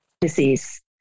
disease